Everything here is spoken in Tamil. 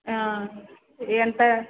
என்கிட்ட